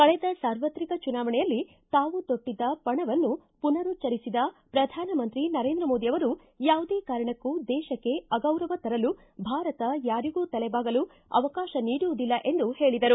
ಕಳೆದ ಸಾರ್ವತ್ರಿಕ ಚುನಾವಣೆಯಲ್ಲಿ ತಾವು ತೊಟ್ಟದ್ದ ಪಣವನ್ನು ಪುನರುಚ್ಚರಿಸಿದ ಪ್ರಧಾನಮಂತ್ರಿ ನರೇಂದ್ರ ಮೋದಿಯವರು ಯಾವುದೇ ಕಾರಣಕ್ಕೂ ದೇಶಕ್ಕೆ ಅಗೌರವ ತರಲು ಭಾರತ ಯಾರಿಗೂ ತಲೆಬಾಗಲು ಅವಕಾಶ ನೀಡುವುದಿಲ್ಲ ಎಂದು ಹೇಳದರು